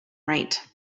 write